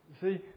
see